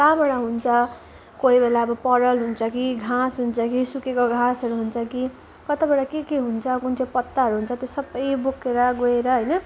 कहाँबाटा हुन्छ कोही बेला अब पराल हुन्छ कि घाँस हुन्छ कि सुकेको घाँसहरू हुन्छ कि कताबाट के के हुन्छ कुन चाहिँ पत्ताहरू हुन्छ त्यो सबै बोकेर गएर होइन